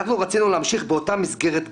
אנחנו רצינו להמשיך באותה מסגרת הגן,